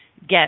get